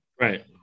Right